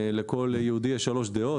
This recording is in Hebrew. לכל יהודי יש שלוש דעות,